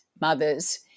mothers